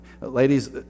ladies